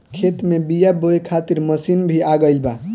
खेत में बीआ बोए खातिर मशीन भी आ गईल बा